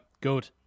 Good